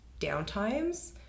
downtimes